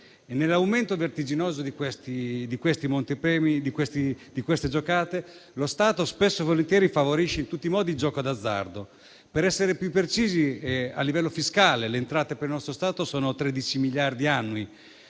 questi montepremi e di queste giocate, lo Stato, spesso e volentieri, favorisce in tutti i modi il gioco d'azzardo. Per essere più precisi, a livello fiscale le entrate per il nostro Stato sono pari a 13 miliardi annui.